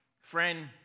friend